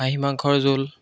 খাহী মাংসৰ জোল